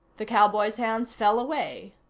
the cowboy's hands fell away.